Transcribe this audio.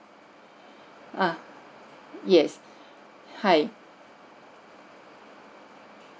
uh yes hi